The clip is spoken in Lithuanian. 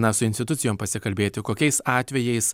na su institucijom pasikalbėti kokiais atvejais